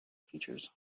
features